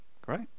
Great